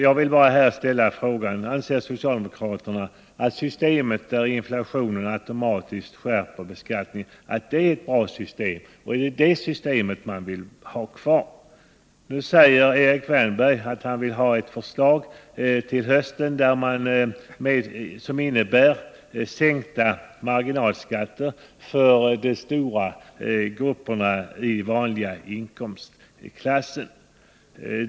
Jag vill bara här ställa frågan: Anser socialdemokraterna att det system där inflationen automatiskt skärper beskattningen är ett bra system? Är det det systemet som ni vill ha kvar? Nu säger Erik Wärnberg att han vill ha ett förslag till hösten vilket innebär sänkta marginalskatter för de stora grupperna i vanliga inkomstklasser.